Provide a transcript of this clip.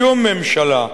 שום ממשלה,